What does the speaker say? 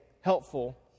helpful